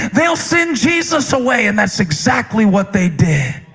they'll send jesus away and that's exactly what they did.